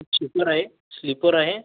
seater आहे sleeper आहे